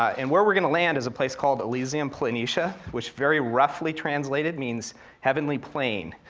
and where we're gonna land is a place called elysium planitia, which very roughly translated means heavenly plain,